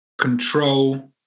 control